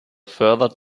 further